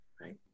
Right